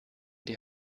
die